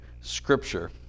scripture